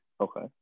okay